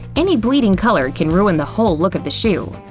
any bleeding color can ruin the whole look of the shoe.